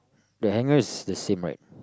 the handrail is the same right